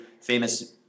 famous